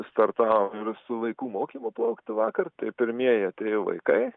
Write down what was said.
startavom ir su vaikų mokymu plaukti vakar tai pirmieji atėjo vaikai